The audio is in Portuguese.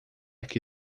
que